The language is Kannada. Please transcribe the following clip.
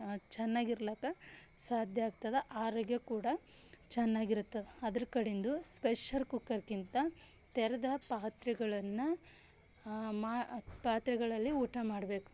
ಚೆನ್ನಾಗಿರ್ಲಕ್ಕ ಸಾಧ್ಯ ಆಗ್ತದೆ ಆರೋಗ್ಯ ಕೂಡ ಚೆನ್ನಾಗಿರ್ತದೆ ಅದರ ಕಡಿಂದು ಸ್ಪೆಷರ್ ಕುಕ್ಕರ್ಕ್ಕಿಂತ ತೆರೆದ ಪಾತ್ರೆಗಳನ್ನು ಮಾ ಪಾತ್ರೆಗಳಲ್ಲಿ ಊಟ ಮಾಡ್ಬೇಕು